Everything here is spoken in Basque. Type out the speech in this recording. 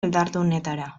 erdaldunetara